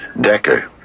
Decker